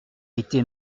été